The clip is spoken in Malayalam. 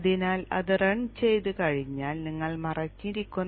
അതിനാൽ നിങ്ങൾ അത് റൺ ചെയ്തുകഴിഞ്ഞാൽ നിങ്ങൾ മറഞ്ഞിരിക്കുന്ന